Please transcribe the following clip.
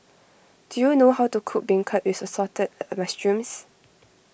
do you know how to cook Beancurd with Assorted a Mushrooms